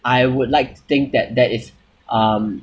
I would like to think that that is um